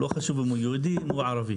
לא חשוב אם הוא יהודי או ערבי.